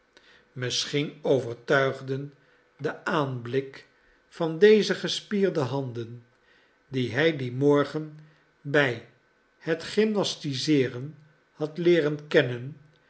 misschien overtuigden de aanblik van deze gespierde handen die hij dien morgen bij het gymnastiseeren had leeren kennen